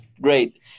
Great